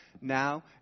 now